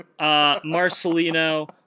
Marcelino